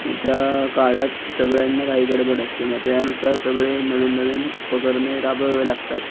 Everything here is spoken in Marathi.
ज्या काळात सगळ्यांना घाईगडबड असते मग त्यानुसार सगळे नवीननवीन उपकरणे राबवावी लागतात